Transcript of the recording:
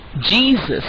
jesus